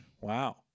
Wow